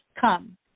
Come